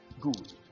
good